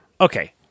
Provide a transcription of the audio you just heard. Okay